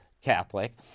Catholic